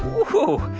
ooh,